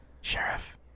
Sheriff